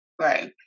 right